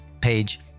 page